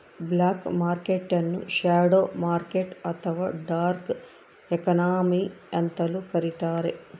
block market ನ್ನು shadow market ಅಥವಾ dark economy ಅಂತಲೂ ಕರಿತಾರೆ